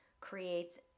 creates